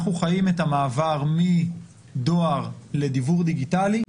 אנחנו חיים את המעבר מדואר לדיוור דיגיטלי,